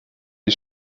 you